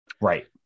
Right